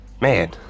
man